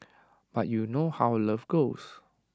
but you know how love goes